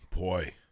Boy